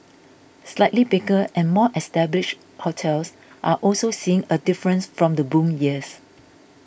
slightly bigger and more established hotels are also seeing a difference from the boom years